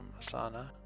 Asana